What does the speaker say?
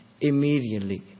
Immediately